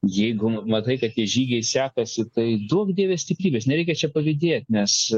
jeigu matai kad tie žygiai sekasi tai duok dieve stiprybės nereikia čia palydėt nes